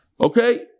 Okay